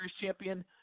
champion